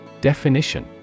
Definition